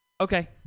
Okay